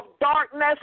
darkness